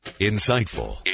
Insightful